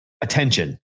attention